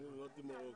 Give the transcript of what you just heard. אני נולדתי במרוקו.